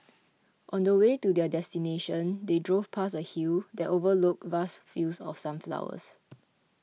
on the way to their destination they drove past a hill that overlooked vast fields of sunflowers